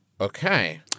Okay